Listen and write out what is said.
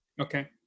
Okay